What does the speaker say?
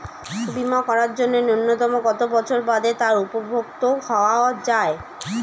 বীমা করার জন্য ন্যুনতম কত বছর বাদে তার উপভোক্তা হওয়া য়ায়?